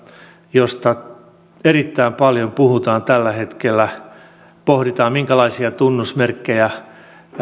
josta erittäin paljon puhutaan tällä hetkellä pohditaan minkälaisia tunnusmerkkejä